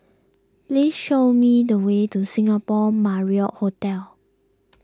please show me the way to Singapore Marriott Hotel